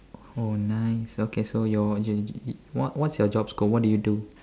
oh nice okay so you're you're what what's your job scope what do you do